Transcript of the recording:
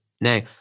Now